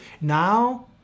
now